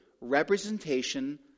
representation